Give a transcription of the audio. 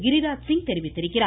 கிரிராஜ்சிங் தெரிவித்திருக்கிறார்